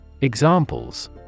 Examples